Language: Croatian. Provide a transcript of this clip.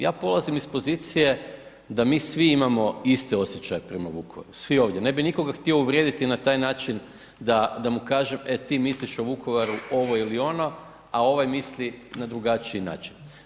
Ja polazim iz pozicije da mi svi imamo iste osjećaje prema Vukovaru, svi ovdje, ne bih nikoga htio uvrijediti na taj način da mu kažem e ti misliš o Vukovaru ovo ili ono a ovaj misli na drugačiji način.